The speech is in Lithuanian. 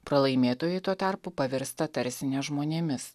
pralaimėtojai tuo tarpu pavirsta tarsi ne žmonėmis